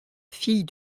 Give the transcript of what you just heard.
fille